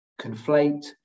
conflate